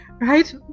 right